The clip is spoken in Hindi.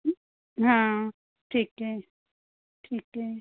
हाँ ठीक है ठीक है